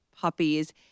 puppies